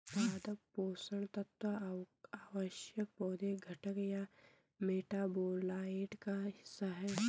पादप पोषण तत्व आवश्यक पौधे घटक या मेटाबोलाइट का हिस्सा है